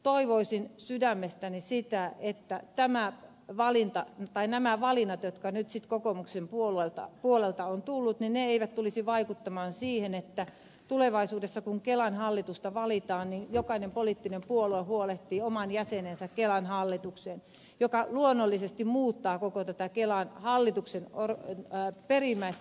toivoisin sydämestäni sitä että nämä valinnat jotka nyt kokoomuksen puolelta ovat tulleet eivät tulisi vaikuttamaan siihen että tulevaisuudessa kun kelan hallitusta valitaan niin jokainen poliittinen puolue huolehtii oman jäsenensä kelan hallitukseen joka luonnollisesti muuttaa koko tätä kelan hallituksen perimmäistä tavoitetta